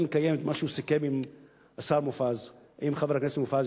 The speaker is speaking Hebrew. לקיים את מה שהוא סיכם עם חבר הכנסת מופז,